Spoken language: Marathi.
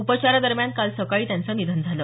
उपचारादरम्यान काल सकाळी त्यांचं निधन झालं